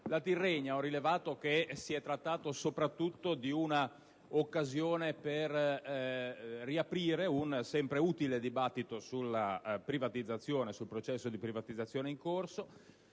la Tirrenia, si è trattato soprattutto di una occasione per riaprire un sempre utile dibattito sul processo di privatizzazione in corso,